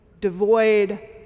devoid